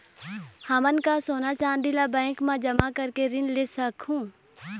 हमन का सोना चांदी ला बैंक मा जमा करके ऋण ले सकहूं?